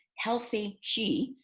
healthy she,